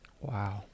Wow